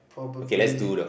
probably